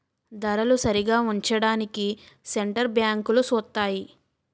ధరలు సరిగా ఉంచడానికి సెంటర్ బ్యాంకులు సూత్తాయి